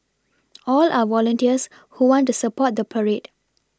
all are volunteers who want to support the parade